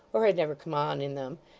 or had never come on in them,